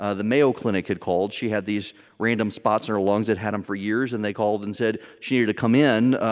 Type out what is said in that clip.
ah the mayo clinic had called. she had these random spots in her lungs, had had them for years, and they called and said she needed to come in.